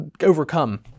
overcome